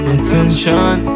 Attention